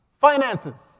Finances